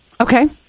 okay